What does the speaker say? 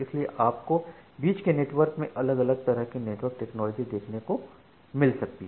इसलिए आपको बीच के नेटवर्क में अलग अलग तरह के नेटवर्क टेक्नोलॉजी देखने को मिल सकती हैं